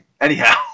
Anyhow